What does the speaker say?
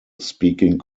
speaking